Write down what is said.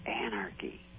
anarchy